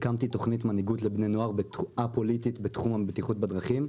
הקמתי תכנית מנהיגות לבני נוער א-פוליטית בתחום הבטיחות בדרכים.